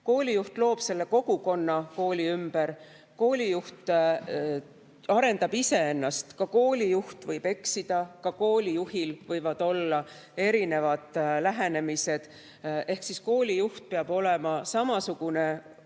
Koolijuht loob selle kogukonna kooli ümber, aga ta arendab ka iseennast. Ka koolijuht võib eksida, ka koolijuhil võivad olla erinevad lähenemised. Ehk siis koolijuht peab olema samasugune liige